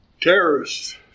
Terrorists